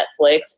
Netflix